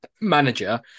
manager